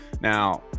Now